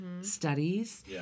studies